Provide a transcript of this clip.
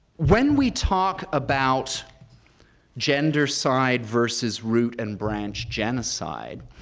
when we talk about gendercide versus root-and-branch genocide,